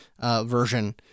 version